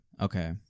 okay